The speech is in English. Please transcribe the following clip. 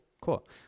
Cool